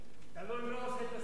תלוי מי עושה את הסקר.